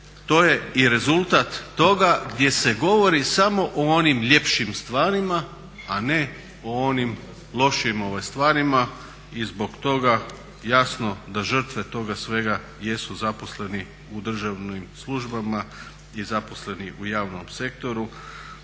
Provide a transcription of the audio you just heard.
to je i rezultat toga gdje se govori samo o onim ljepšim stvarima a ne o onim lošim stvarima i zbog toga jasno da žrtve toga svega jesu zaposleni u državnim službama i zaposleni u javnom sektoru,